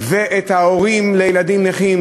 ואת ההורים לילדים נכים